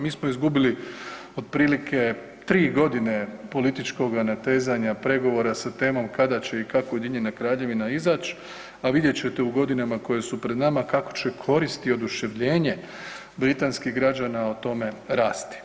Mi smo izgubili otprilike tri godine političkoga natezanja, pregovora sa temom kada će i kako Ujedinjena kraljevina izaći, a vidjet ćete u godinama koje su pred nama kakvu će korist i oduševljenje britanskih građana o tome rasti.